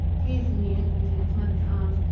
piercing the infant in its mother's arms,